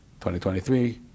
2023